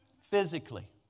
Physically